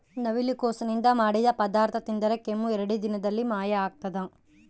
ನವಿಲುಕೋಸು ನಿಂದ ಮಾಡಿದ ಪದಾರ್ಥ ತಿಂದರೆ ಕೆಮ್ಮು ಎರಡೇ ದಿನದಲ್ಲಿ ಮಾಯ ಆಗ್ತದ